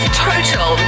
total